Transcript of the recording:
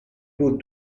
بود